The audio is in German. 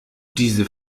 diese